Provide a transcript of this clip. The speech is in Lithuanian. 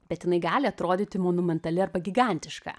bet jinai gali atrodyti monumentali arba gigantiška